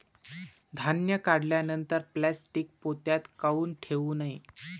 धान्य काढल्यानंतर प्लॅस्टीक पोत्यात काऊन ठेवू नये?